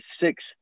six